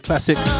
Classic